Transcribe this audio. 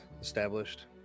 established